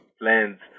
plans